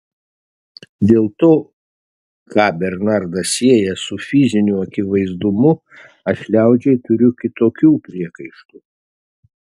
dėl to ką bernardas sieja su fiziniu akivaizdumu aš liaudžiai turiu kitokių priekaištų